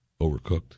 overcooked